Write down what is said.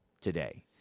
today